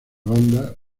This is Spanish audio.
banda